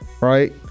right